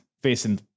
facing